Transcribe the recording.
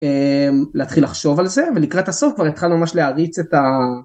להתחיל לחשוב על זה, ולקראת הסוף כבר התחלנו ממש להריץ את ה...